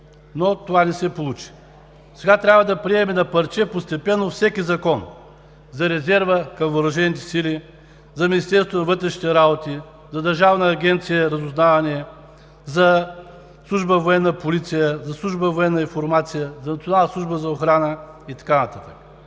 Но това не се получи. Сега трябва да приемаме на парче постепенно всеки закон – за резерва към въоръжените сили, за Министерството на вътрешните работи, за Държавната агенция „Разузнаване“, за Служба „Военна полиция“, за Служба „Военна информация“, за Националната служба за охрана и така